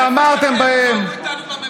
התעמרתם בהם.